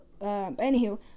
anywho